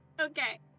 okay